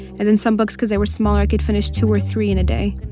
and then some books cause they were smaller i could finish two or three in a day